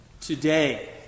Today